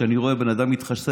כשאני רואה בן אדם מתחסד,